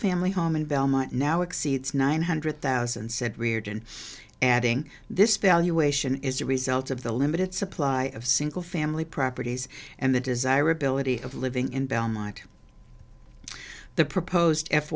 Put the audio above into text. family home in belmont now exceeds nine hundred thousand said reardon adding this valuation is a result of the limited supply of single family properties and the desirability of living in belmont the proposed f